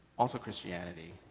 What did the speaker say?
also christianity,